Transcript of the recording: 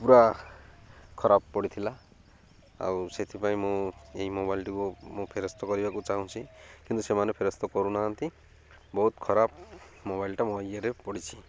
ପୁରା ଖରାପ ପଡ଼ିଥିଲା ଆଉ ସେଥିପାଇଁ ମୁଁ ଏଇ ମୋବାଇଲ୍ଟିକୁ ମୁଁ ଫେରସ୍ତ କରିବାକୁ ଚାହୁଁଛି କିନ୍ତୁ ସେମାନେ ଫେରସ୍ତ କରୁନାହାନ୍ତି ବହୁତ ଖରାପ ମୋବାଇଲ୍ଟା ମୋ ଇଏରେ ପଡ଼ିଛି